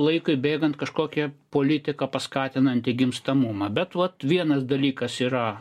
laikui bėgant kažkokią politiką paskatinanti gimstamumą bet vat vienas dalykas yra